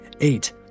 eight